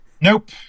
nope